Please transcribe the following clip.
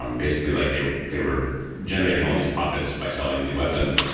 um basically, like they they were generating all these profits by selling these weapons.